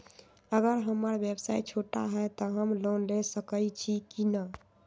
अगर हमर व्यवसाय छोटा है त हम लोन ले सकईछी की न?